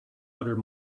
hundred